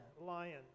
lion